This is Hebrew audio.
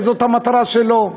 וזאת המטרה שלו.